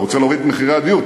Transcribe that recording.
אתה רוצה להוריד את מחירי הדיור?